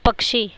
पक्षी